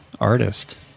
artist